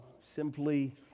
simply